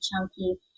chunky